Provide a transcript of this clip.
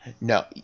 no